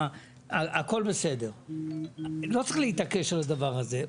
הכל בסדר, לא צריך להתעקש על הדבר הזה.